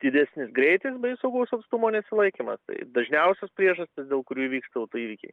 didesnis greitis bei saugaus atstumo nesilaikymas tai dažniausios priežastys dėl kurių įvyksta autoįvykiai